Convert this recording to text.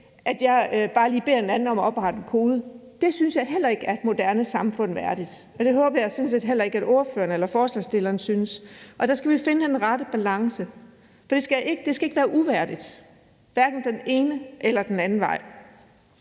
at jeg bare lige beder en anden om at oprette en kode. Det synes jeg heller ikke er et moderne samfund værdigt, og det håber jeg sådan set heller ikke forslagsstillerne synes. Der skal vi finde den rette balance, for det skal ikke være uværdigt, hverken den ene eller den anden vej.